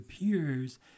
appears